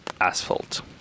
asphalt